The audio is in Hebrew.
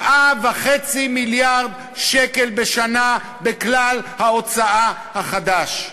7.5 מיליארד שקל בשנה בכלל ההוצאה החדש.